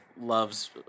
loves